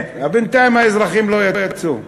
כן, בינתיים האזרחים לא יצאו,